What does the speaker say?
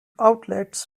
outlets